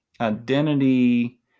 identity